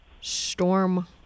storm